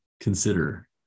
consider